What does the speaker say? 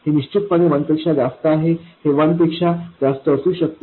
हे निश्चितपणे 1 पेक्षा जास्त आहे हे 1 पेक्षा जास्त असू शकते